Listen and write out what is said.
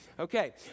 Okay